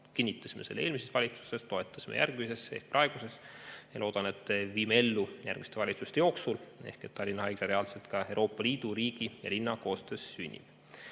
kinnitasime selle eelmises valitsuses, toetasime järgmises ehk praeguses. Loodan, et viime selle ellu järgmiste valitsuste jooksul. Ehk Tallinna Haigla reaalselt Euroopa Liidu, riigi ja linna koostöös sünnib.